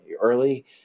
early